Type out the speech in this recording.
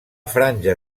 franja